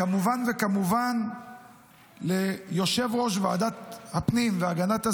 כמובן וכמובן ליושב-ראש ועדת הפנים והגנת הסביבה,